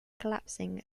collapsing